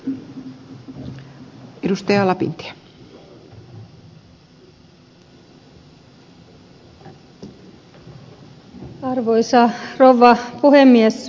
arvoisa rouva puhemies